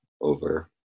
over